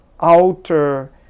outer